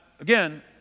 again